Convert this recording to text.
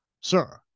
Sir